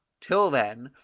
till then,